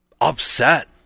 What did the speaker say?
upset